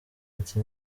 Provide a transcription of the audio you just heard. ati